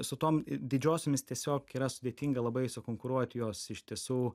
su tom didžiosiomis tiesiog yra sudėtinga labai sukonkuruot jos iš tiesų